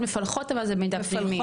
מפלחות אבל זה מידע פנימי.